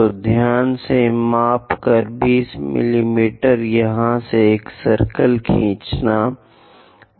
तो ध्यान से माप कर 20 मिमी यहां से एक सर्कल खींचना